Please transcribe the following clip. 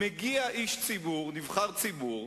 מגיע נבחר ציבור,